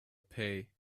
pay